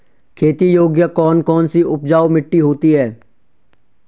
खेती योग्य कौन कौन सी उपजाऊ मिट्टी होती है?